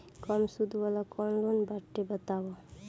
कम सूद वाला कौन लोन बाटे बताव?